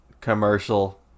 Commercial